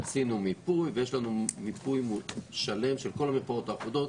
עשינו מיפוי ויש לנו מיפוי שלם של כל המרפאות האחודות.